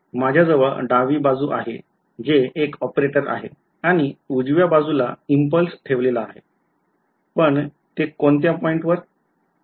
माझ्याजवळ डावी बाजू आहे जे एक ऑपरेटर आहे आणि उजव्या बाजूला इम्पल्स ठेवलेला आहे पण ते कोणत्या पॉईंटवर